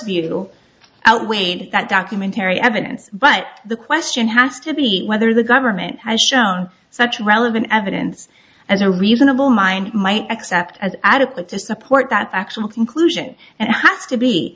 know outweighed that documentary evidence but the question has to be whether the government has shown such relevant evidence as a reasonable mind might accept as adequate to support that actual conclusion and